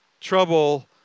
trouble